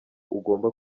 ugomba